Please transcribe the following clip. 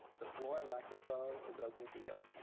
the floor and microphone is open to you.